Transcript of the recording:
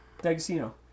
D'Agostino